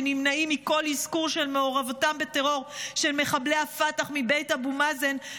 שנמנעים מכל אזכור של מעורבותם בטרור של מחבלי פת"ח מבית אבו מאזן,